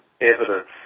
evidence